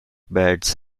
beds